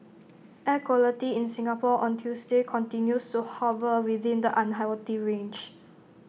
air quality in Singapore on Tuesday continues to hover within the unhealthy range